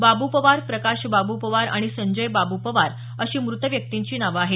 बाबू पवार प्रकाश बाबू पवार आणि संजय बाबू पवार अशी मृत व्यक्तींची नावं आहेत